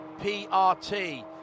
PRT